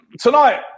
Tonight